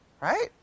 right